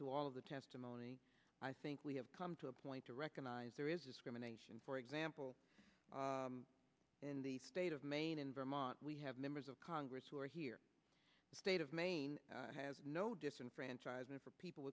to all of the testimony i think we have come to a point to recognize there is discrimination for example in the state of maine in vermont we have members of congress who are here the state of maine has no disenfranchisement for people